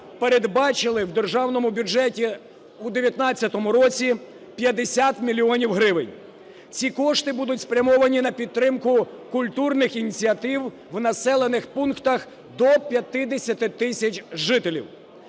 передбачили в Державному бюджеті у 2019 році 50 мільйонів гривень. Ці кошти будуть спрямовані на підтримку культурних ініціатив в населених пунктах до 50 тисяч жителів.